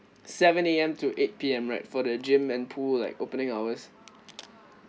seven A_M to eight P_M right for the gym and pool like opening hours